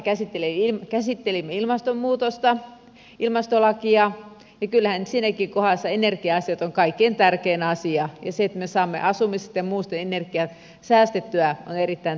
edellisessä kohdassa käsittelimme ilmastonmuutosta ilmastolakia ja kyllähän siinäkin kohdassa energia asiat ovat kaikkein tärkein asia ja se että me saamme asumisesta ja muusta energiaa säästettyä on erittäin tärkeä asia